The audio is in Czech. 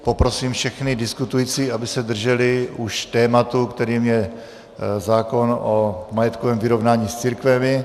Poprosím všechny diskutující, aby se drželi už tématu, kterým je zákon o majetkovém vyrovnání s církvemi.